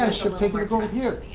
ah should take my gold here